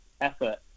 effort